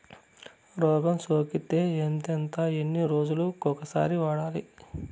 రోగం సోకితే ఎంతెంత ఎన్ని రోజులు కొక సారి వాడాలి?